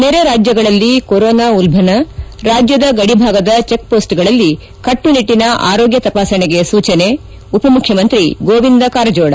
ನೆರೆರಾಜ್ಯಗಳಲ್ಲಿ corona ಉಲ್ಲಣ ರಾಜ್ಯದ ಗಡಿಭಾಗದ ಚಿಕ್ಮೋಸ್ಗಳಲ್ಲಿ ಕಟ್ಟುನಿಟ್ಟನ ಆರೋಗ್ಯ ತಪಾಸಣೆಗೆ ಸೂಚನೆ ಉಪಮುಖ್ಯಮಂತ್ರಿ ಗೋವಿಂದ ಕಾರಜೋಳ